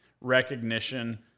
recognition